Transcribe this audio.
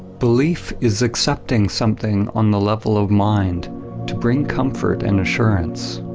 belief is accepting something on the level of mind to bring comfort and assurance.